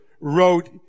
wrote